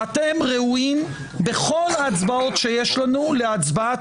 ואתם ראויים בכל ההצבעות שיש לנו להצבעת